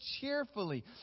cheerfully